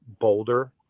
Boulder